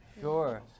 Sure